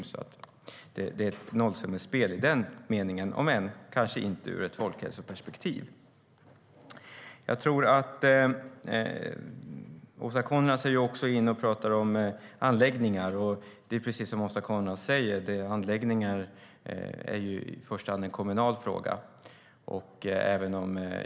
I den meningen är det ett nollsummespel, om än kanske inte i ett folkhälsoperspektiv. Åsa Coenraads talar också om anläggningar, och som hon säger är anläggningarna i första hand en kommunal fråga.